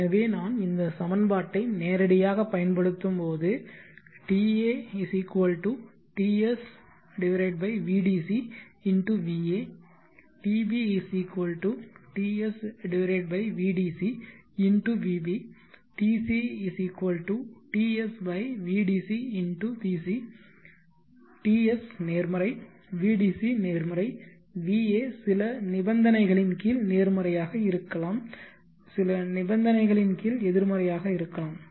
எனவே நான் இந்த சமன்பாட்டை நேரடியாக பயன்படுத்தும் போது ta Ts vdc × va tb Ts vdc × vb tc Ts vdc × vc TS நேர்மறை vdc நேர்மறை va சில நிபந்தனைகளின் கீழ் நேர்மறையாக இருக்கலாம் சில நிபந்தனைகளின் கீழ் எதிர்மறையாக இருக்கலாம்